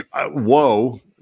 whoa